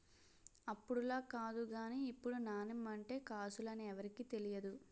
అప్పుడులా కాదు గానీ ఇప్పుడు నాణెం అంటే కాసులు అని ఎవరికీ తెలియదు